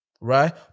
right